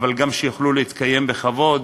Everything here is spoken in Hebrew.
אבל גם שיוכלו להתקיים בכבוד